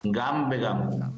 גם וגם.